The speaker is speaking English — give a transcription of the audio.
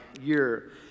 year